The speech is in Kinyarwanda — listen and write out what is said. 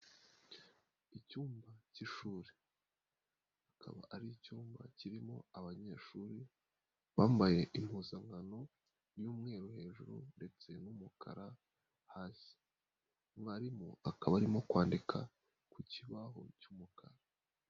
Icyumba cy'ishuri kikaba ari icyumba kirimo abanyeshuri bambaye impuzankano y'umweru hejuru ndetse n'umukara hasi, mwarimu akaba arimo kwandika ku kibaho cy'umukara.